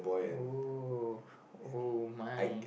oh oh my